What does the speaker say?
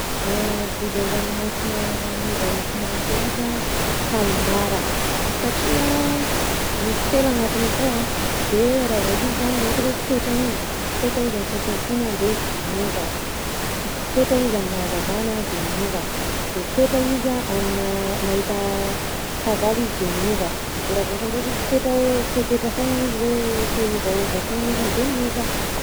Biby an-dranomasina miova loko malakilaky a: kalmara satria misy sela agnatiny akao a de raha vao izy zany le ohatra hoe taitra igny, taitra izy amy fihetsem-pony a de miova, taitra izy aminà hazavana de miova de taitra izy aminà mahita fahavalo izy de miova, de raha vao ohatra ndraiky izy taitra hoe taitaitra foagna izy hoe te hiovaova foagna izy a de miova.